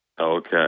okay